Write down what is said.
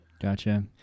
Gotcha